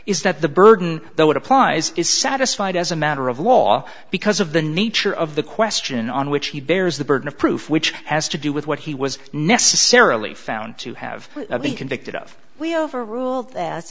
is that the burden though it applies is satisfied as a matter of law because of the nature of the question on which he bears the burden of proof which has to do with what he was necessarily found to have been convicted of we overruled